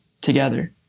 together